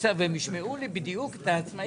אז ניסינו להבין מה בדיוק השאלה.